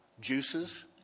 juices